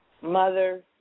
mother